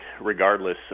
regardless